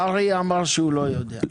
קרעי אמר שהוא לא יודע.